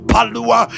Palua